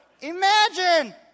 Imagine